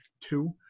two